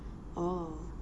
oh